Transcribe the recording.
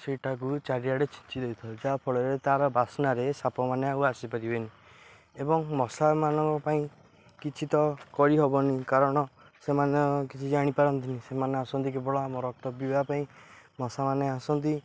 ସେଇଠାକୁ ଚାରିଆଡ଼େ ଛିଞ୍ଚି ଦେଇଥାଏ ଯାହାଫଳରେ ତା'ର ବାସ୍ନାରେ ସାପମାନେ ଆଉ ଆସିପାରିବେନି ଏବଂ ମଶାମାନଙ୍କ ପାଇଁ କିଛି ତ କରିହେବନି କାରଣ ସେମାନେ କିଛି ଜାଣିପାରନ୍ତିନି ସେମାନେ ଆସନ୍ତି କେବଳ ଆମର ରକ୍ତ ପିଇବା ପାଇଁ ମଶାମାନେ ଆସନ୍ତି